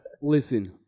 Listen